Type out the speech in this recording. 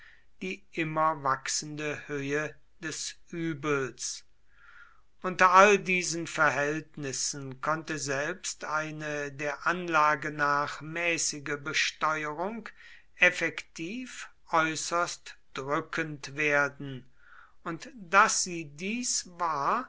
die immer wachsende höhe des übels unter all diesen verhältnissen konnte selbst eine der anlage nach mäßige besteuerung effektiv äußerst drückend werden und daß sie dies war